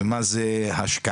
ומה זה השקעה,